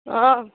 हाँ